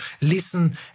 listen